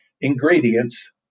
ingredients